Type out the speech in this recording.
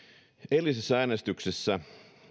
eilisessä äänestyksessä